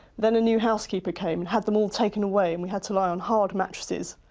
then a new housekeeper came and had them all taken away and we had to lie on hard mattresses.